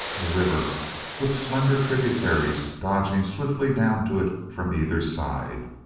a river with slender tributaries dodging swiftly down to it from either side.